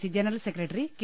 C general secretary K